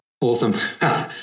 Awesome